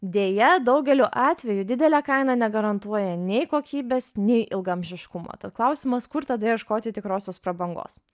deja daugeliu atvejų didelė kaina negarantuoja nei kokybės nei ilgaamžiškumo tad klausimas kur tada ieškoti tikrosios prabangos